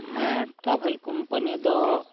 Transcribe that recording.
ᱦᱮᱸ travel company ᱫᱚ